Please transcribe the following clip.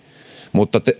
mutta